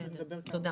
תודה.